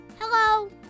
Hello